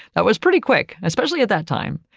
that was pretty quick, especially at that time.